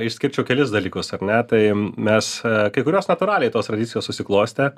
išskirčiau kelis dalykus ar ne tai mes kai kurios natūraliai tos tradicijos susiklostė